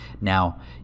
Now